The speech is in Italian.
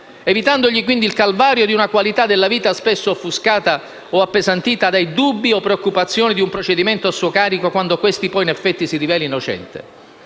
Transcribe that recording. evitandogli quindi il calvario di una qualità della vita spesso offuscata o appesantita dai dubbi o preoccupazioni di un procedimento a suo carico quando questi poi in effetti si riveli innocente.